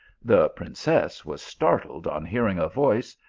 the princess was startled on hearing a voice,